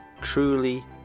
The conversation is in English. truly